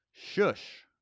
shush